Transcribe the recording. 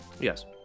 yes